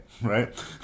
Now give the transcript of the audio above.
right